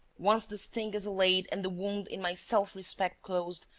once the sting is allayed and the wound in my self-respect closed,